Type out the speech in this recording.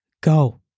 Go